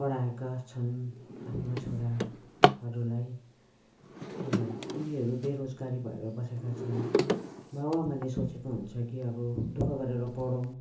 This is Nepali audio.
पढाएका छन् आफ्ना छोराहरूलाई र उनीहरू बेरोजगारी भएर बसेका छन् बाबुआमाले सोचेको हुन्छ कि अब दुःख गरेर पढाउँ